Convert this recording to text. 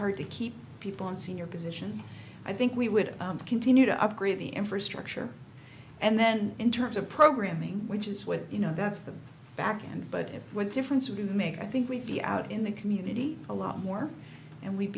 hard to keep people in senior positions i think we would continue to upgrade the infrastructure and then in terms of programming which is what you know that's the back end but what difference would you make i think we view out in the community a lot more and we'd